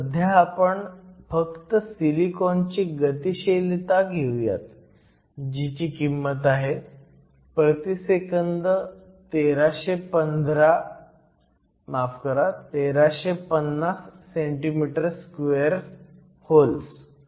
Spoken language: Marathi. पण सध्या आपण फक्त सिलिकॉनची गतिशीलता घेऊयात जीची किंमत आहे प्रति सेकंद 1350 cm2 होल्स